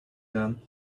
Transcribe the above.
gone